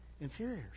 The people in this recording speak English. inferiors